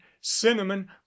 cinnamon